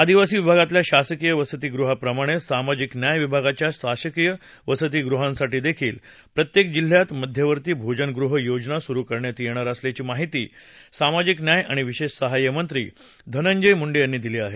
आदिवासी विभागातल्या शासकीय वसतीगृहांप्रमाणेच सामाजिक न्याय विभागाच्या शासकीय वसतीगृहांसाठीदेखील प्रत्येक जिल्ह्यात मध्यवर्ती भोजनगृह योजना सुरू करण्यात येणार असल्याची माहिती सामाजिक न्याय आणि विशेष सहाय्य मंत्री धनंजय मुंडे यांनी दिली आहे